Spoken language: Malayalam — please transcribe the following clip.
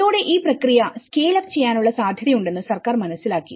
ഇതോടെ ഈ പ്രക്രിയ സ്കേൽ അപ്പ് ചെയ്യാനുള്ള സാധ്യതയുണ്ടെന്ന് സർക്കാർ മനസ്സിലാക്കി